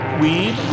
weed